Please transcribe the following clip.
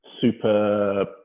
super